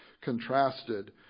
contrasted